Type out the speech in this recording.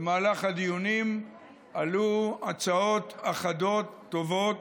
במהלך הדיונים עלו הצעות אחדות, טובות,